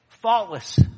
Faultless